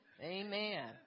Amen